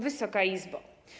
Wysoka Izbo!